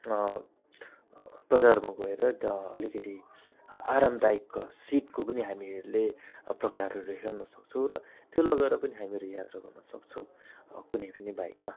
बजारमा गएर ड अलिकति आरामदायक सिटको पनि हामीहरूले प्रकारहरू हेर्नुसक्छौँ र त्यो लगाएर पनि हामी यात्रा गर्नुसक्छौँ अब कुनै पनि बाइकमा